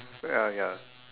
ya ya